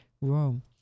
room